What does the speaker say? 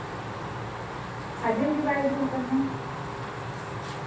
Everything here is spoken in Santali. ᱟᱸᱡᱚᱢ ᱜᱮ ᱵᱟᱭ ᱟᱸᱡᱚᱢᱚᱜ ᱠᱟᱱᱟ